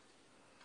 מה